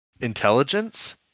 intelligence